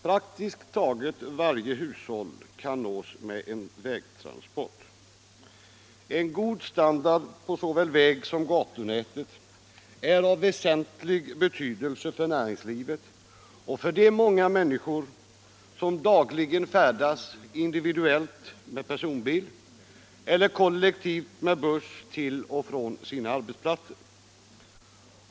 Praktiskt taget varje hushåll kan nås med en vägtransport. En god standard på såväl vägsom gatunätet är av väsentlig betydelse för näringslivet och för de många människor som dagligen färdas individuellt med personbil eller kollektivt med buss till och från sina arbetsplatser.